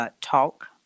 Talk